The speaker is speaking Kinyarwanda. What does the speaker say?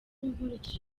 nkurikije